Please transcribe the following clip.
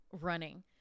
running